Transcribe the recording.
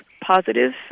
positive